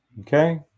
okay